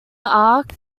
ark